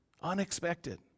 Unexpected